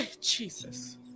Jesus